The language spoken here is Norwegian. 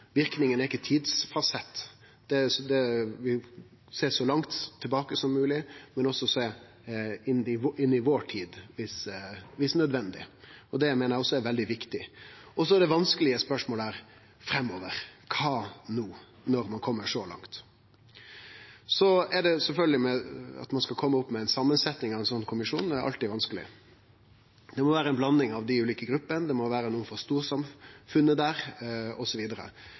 Verknaden er ikkje tidsett, ein ser så langt tilbake som mogleg, men også inn i vår tid, viss naudsynt, og det meiner eg er veldig viktig. Det vanskelege spørsmålet er: Framover – kva no, når ein kjem så langt? Sjølvsagt er det alltid vanskeleg når ein skal kome med samansettinga av ein slik kommisjon. Det må vere ei blanding av dei ulike gruppene, nokre frå storsamfunnet der